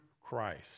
Christ